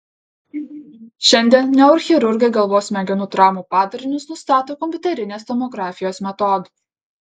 šiandien neurochirurgai galvos smegenų traumų padarinius nustato kompiuterinės tomografijos metodu